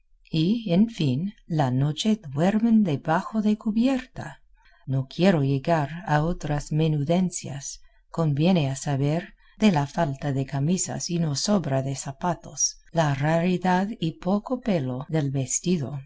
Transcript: en fin la noche duermen debajo de cubierta no quiero llegar a otras menudencias conviene a saber de la falta de camisas y no sobra de zapatos la raridad y poco pelo del vestido